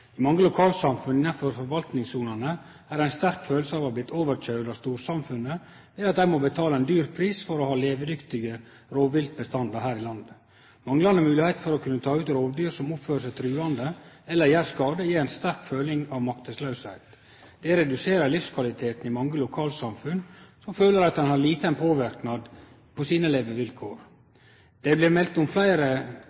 mange lokalsamfunn innanfor forvaltningssonene er det ei sterk kjensle av å ha blitt overkøyrd av storsamfunnet ved at dei må betale ein høg pris for å ha levedyktige rovviltbestandar her i landet. Manglande moglegheiter til å kunne ta ut rovdyr som oppfører seg trugande eller gjer skade, gjev ei sterk kjensle av maktesløyse. Det reduserer livskvaliteten i mange lokalsamfunn, som føler at dei har liten påverknad på levevilkåra sine.